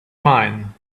mine